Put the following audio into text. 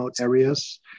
areas